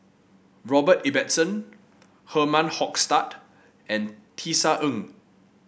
Robert Ibbetson Herman Hochstadt and Tisa Ng